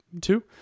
Two